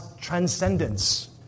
transcendence